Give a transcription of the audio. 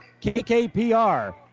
KKPR